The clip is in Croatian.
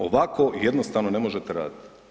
Ovako jednostavno ne možete radit.